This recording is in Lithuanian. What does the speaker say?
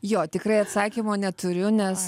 jo tikrai atsakymo neturiu nes